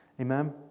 Amen